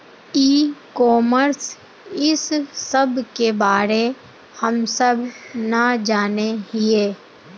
E commerce इस सब के बारे हम सब ना जाने हीये?